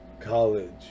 college